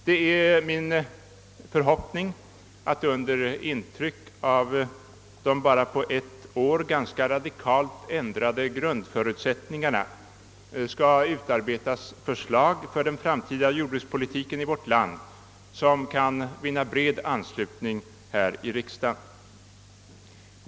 Det är min förhoppning att under in tryck av de bara på ett år ganska radikalt ändrade grundförutsättningarna förslag skall utarbetas för den framtida jordbrukspolitiken i vårt land, vilka kan vinna bred anslutning här i riksdagen.